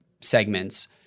segments